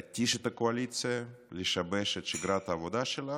להתיש את הקואליציה, לשבש את שגרת העבודה שלה,